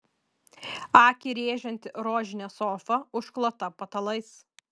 akį rėžianti rožinė sofa užklota patalais